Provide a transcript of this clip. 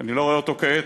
שאני לא רואה אותו כעת,